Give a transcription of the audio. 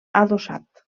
adossat